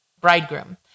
Bridegroom